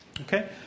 Okay